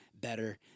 better